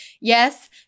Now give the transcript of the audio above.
yes